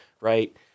right